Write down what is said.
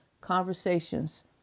conversations